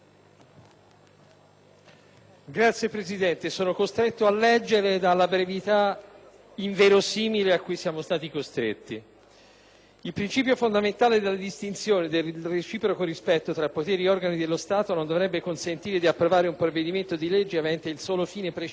Signor Presidente, sono obbligato a leggere dalla brevità inverosimile a cui siamo stati costretti. Il principio fondamentale della distinzione e del reciproco rispetto tra poteri e organi dello Stato non dovrebbe consentire di approvare un provvedimento di legge avente il solo fine precipuo